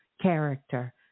character